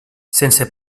sense